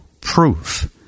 proof